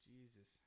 Jesus